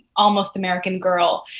almost american girl,